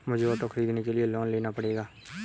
मुझे ऑटो खरीदने के लिए लोन लेना पड़ेगा